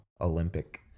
Olympic